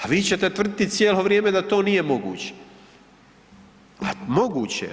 A vi ćete tvrditi cijelo vrijeme da to nije moguće, a moguće je.